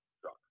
truck